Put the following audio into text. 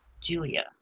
Julia